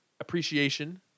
appreciation